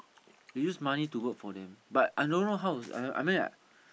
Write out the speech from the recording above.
they use money to work for them but I don't know how to say I mean like